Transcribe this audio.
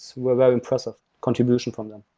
so a very impressive contribution from them.